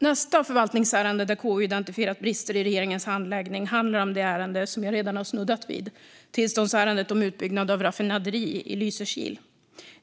Nästa förvaltningsärende där KU identifierat brister i regeringens handläggning handlar om det ärende jag redan snuddat vid: tillståndsärendet om utbyggnad av raffinaderi i Lysekil.